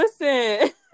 Listen